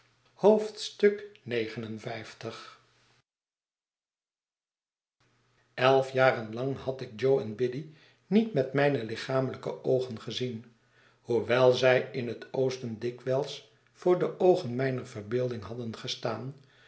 elf j aren lang had ik jo en biddy niet m et m ij ne lichamelijke oogen gezien hoewel zij in het oosten dikwijls voor de oogen mijner verbeelding hadden gestaan